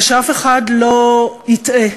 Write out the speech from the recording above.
ושאף אחד לא יטעה,